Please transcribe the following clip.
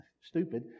stupid